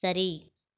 சரி